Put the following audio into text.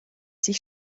sich